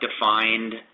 defined